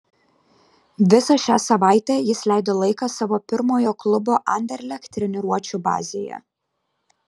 visą šią savaitę jis leido laiką savo pirmojo klubo anderlecht treniruočių bazėje